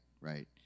right